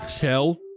Shell